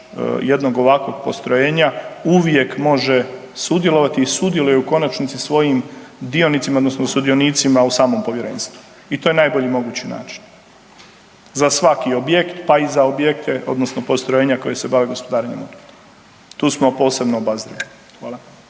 jednog ovakvog postrojenja uvijek može sudjelovati i sudjeluje u konačnici svojim dionicima odnosno sudionicima u samom povjerenstvu. I to je najbolji mogući način za svaki objekt pa i za objekte odnosno postrojenja koja se bave gospodarenjem otpadom. Tu smo posebno obazrivi. Hvala.